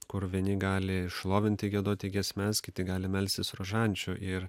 kur vieni gali šlovinti giedoti giesmes kiti gali melstis rožančių ir